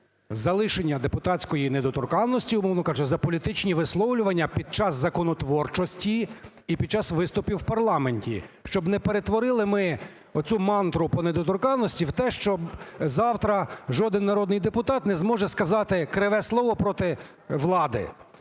залишення депутатської недоторканності, умовно кажучи, за політичні висловлювання під час законотворчості і під час виступів в парламенті, щоб не перетворили ми оцю мантру по недоторканності в те, що завтра жоден народний депутат не зможе сказати криве слово проти влади.